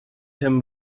him